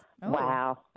Wow